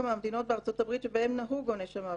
מהמדינות בארצות-הברית שבהן נהוג עונש המוות.